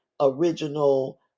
original